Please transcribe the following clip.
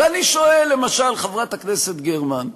ואני שואל, למשל, חברת הכנסת גרמן: